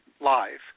live